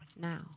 now